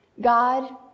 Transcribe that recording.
God